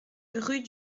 rue